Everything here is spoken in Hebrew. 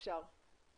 בבקשה גברתי.